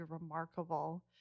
remarkable